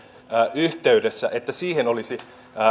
yhteydessä olisi